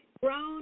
grown